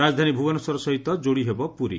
ରାଜଧାନୀ ଭୁବନେଶ୍ୱର ସହିତ ଯୋଡ଼ିହେବ ପୁରୀ